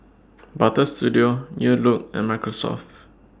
Butter Studio New Look and Microsoft